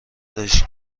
داشت